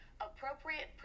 appropriate